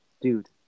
Dude